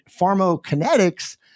pharmacokinetics